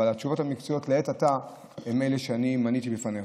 אבל התשובות המקצועיות לעת עתה הן אלה שאני מניתי בפניך.